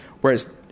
Whereas